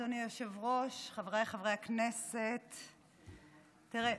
אדוני היושב-ראש, חבריי חברי הכנסת, תראה,